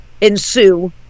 ensue